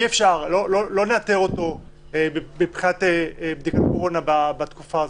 לא נאתר אותו בבדיקת קורונה בתקופה הזאת,